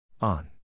on